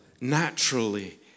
naturally